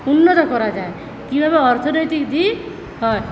উন্নত করা যায় কীভাবে অর্থনৈতিক দিক হয়